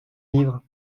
livre